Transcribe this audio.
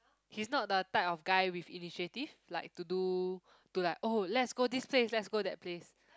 he's not the type of guy with initiative like to do to like oh let's go this place let's go that place